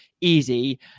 easy